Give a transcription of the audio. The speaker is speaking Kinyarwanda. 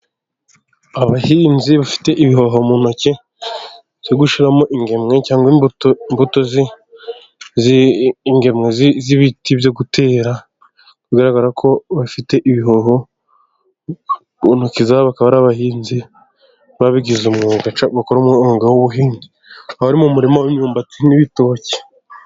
Abahinzi bafite ibihoho mu ntoki byo gushiramo ingemwe cyangwa imbuto z'ibiti byo gutera bigaragara ko bafite ibihoho mu ntoki zabo, bakaba ari abahinzi babigize umwuga cyangwa bakora umwuga w'ubuhinzi bari mu murima w'imyumbati n'ibitoki.